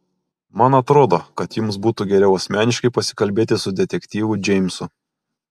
man atrodo kad jums būtų geriau asmeniškai pasikalbėti su detektyvu džeimsu